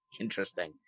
interesting